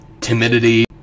timidity